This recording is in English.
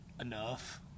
Enough